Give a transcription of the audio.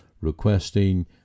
requesting